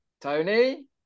Tony